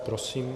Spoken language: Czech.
Prosím.